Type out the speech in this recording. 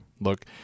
look